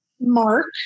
Mark